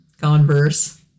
Converse